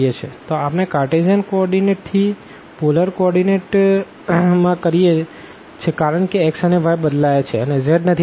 તો આપણે કારટેઝિયન કો ઓર્ડીનેટથી પોલર કોઓર્ડીનેટ માં કરીએ છે કારણ કે x અને y બદલાયા છે અને z નથી બદલાયો